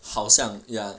好像 ya